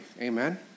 Amen